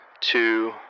two